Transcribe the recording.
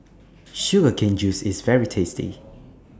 Sugar Cane Juice IS very tasty